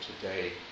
today